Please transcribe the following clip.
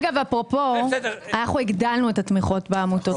אפרופו, אנחנו הגדלנו את התמיכות בעמותות.